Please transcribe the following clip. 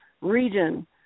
region